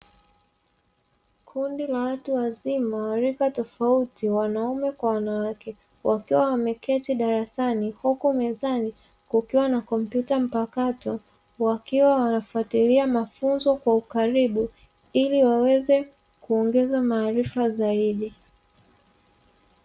Kundi la watu wazima wa rika tofauti wanaume kwa wanawake, wakiwa wameketi darasani, huku mezani kukiwa na kompyuta mpakato wakiwa wanafatilia mafunzo kwa ukaribu, ili waweze kuongeza maarifa zaidi.